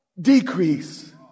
decrease